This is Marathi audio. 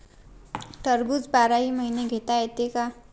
टरबूज बाराही महिने घेता येते का?